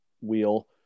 wheel